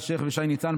אלשיך ושי ניצן,